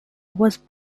was